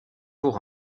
pour